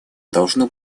должно